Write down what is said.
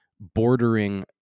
bordering